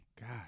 God